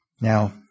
Now